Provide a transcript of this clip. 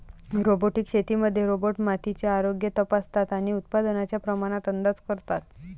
robotic शेतीमध्ये robot मातीचे आरोग्य तपासतात आणि उत्पादनाच्या प्रमाणात अंदाज करतात